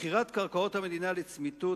מכירת קרקעות המדינה לצמיתות,